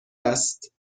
است